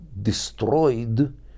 destroyed